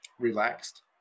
relaxed